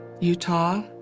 Utah